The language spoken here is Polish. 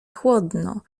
chłodno